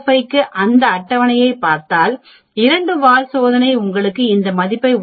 05 க்கு அந்த அட்டவணையைப் பார்த்தால் இரண்டு வால் சோதனை உங்களுக்கு இந்த மதிப்பை 1